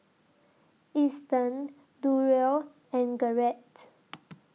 Easton Durrell and Garrett